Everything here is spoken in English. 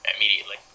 immediately